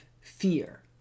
fear